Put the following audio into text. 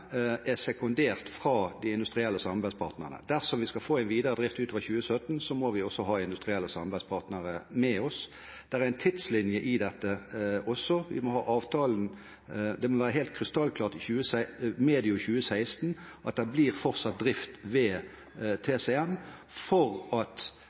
er sekundert fra de industrielle samarbeidspartnerne. Dersom vi skal få en videre drift utover 2017, må vi også ha industrielle samarbeidspartnere med oss. Det er en tidslinje i dette også. Det må være helt krystallklart medio 2016 at det blir fortsatt drift ved TCM for at